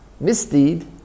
misdeed